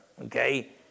okay